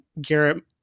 Garrett